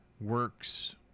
works